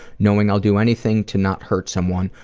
knowing i'll do anything to not hurt someone,